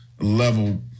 level